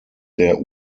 der